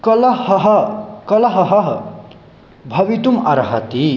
कलहः कलहः भवितुम् अर्हति